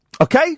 Okay